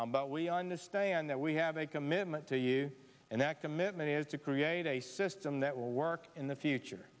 but we understand that we have a commitment to you and that commitment is to create a system that will work in the future